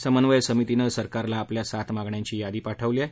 समन्वय समितीनं सरकारला आपल्या सात मागण्यांची यादी पाठवली आहे